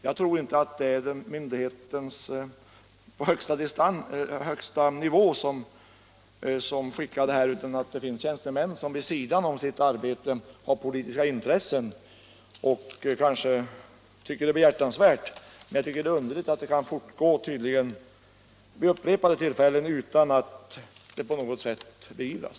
Jag tror inte att det är myndighetspersoner på högsta nivå som skickar sådana här försändelser utan att det är tjänstemän som vid sidan av sitt arbete har politiska intressen och kanske tycker att det är behjärtansvärt. Men det är underligt att det kan förekomma vid upprepade tillfällen utan att på något sätt beivras.